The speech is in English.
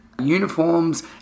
uniforms